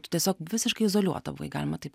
tu tiesiog visiškai izoliuota buvai galima taip